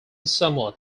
somewhat